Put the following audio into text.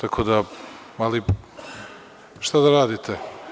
Ali, šta da radite.